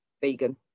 vegan